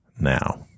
now